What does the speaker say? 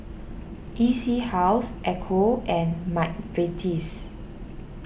E C House Ecco and Mcvitie's